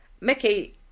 Mickey